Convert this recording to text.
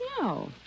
No